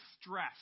stress